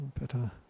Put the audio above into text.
better